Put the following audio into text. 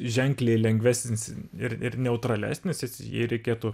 ženkliai lengvesnis ir ir neutralesnis jį reikėtų